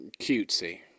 Cutesy